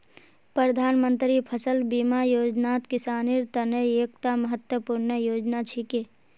प्रधानमंत्री फसल बीमा योजनात किसानेर त न एकता महत्वपूर्ण योजना छिके